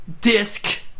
disc